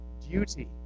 duty